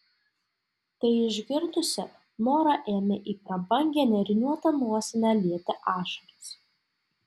tai išgirdusi nora ėmė į prabangią nėriniuotą nosinę lieti ašaras